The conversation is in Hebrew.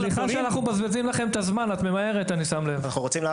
סליחה שאנחנו מבזבזים לכם את הזמן אבל אלה החיים שלנו.